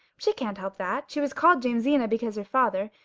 she can't help that! she was called jamesina because her father,